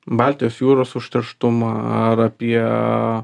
baltijos jūros užterštumą ar apie